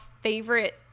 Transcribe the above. favorite